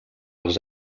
els